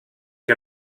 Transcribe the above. que